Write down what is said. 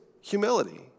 humility